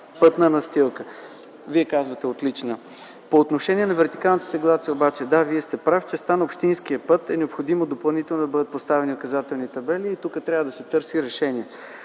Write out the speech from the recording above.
пътна настилка. Вие казвате – отлична. По отношение на вертикалната сигнализация обаче Вие сте прав – в частта на общинския път е необходимо допълнително да бъдат поставени указателни табели. Тук трябва да се търси решение.